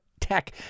Tech